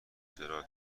چرا